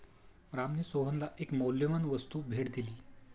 रामने सोहनला एक मौल्यवान वस्तू भेट दिली